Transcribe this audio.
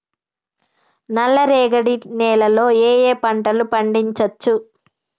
నల్లరేగడి నేల లో ఏ ఏ పంట లు పండించచ్చు?